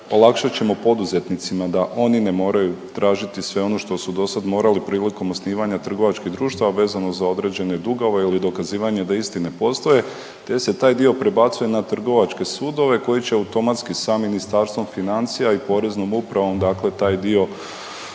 olakšat ćemo poduzetnicima da oni ne moraju tražiti sve ono što su dosad morali prilikom osnivanja trgovačkih društava vezano za određene dugove ili dokazivanje da isti ne postoje, te se taj dio prebacuje na trgovačke sudove koji će automatski sa Ministarstvom financija i poreznom upravom dakle taj dio